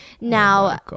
Now